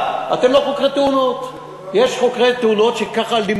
אני לא חוקר אבל מה שאני רואה,